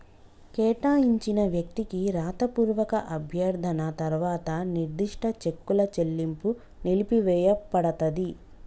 కేటాయించిన వ్యక్తికి రాతపూర్వక అభ్యర్థన తర్వాత నిర్దిష్ట చెక్కుల చెల్లింపు నిలిపివేయపడతది